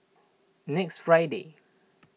next Friday